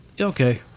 okay